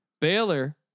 Baylor